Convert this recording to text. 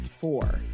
four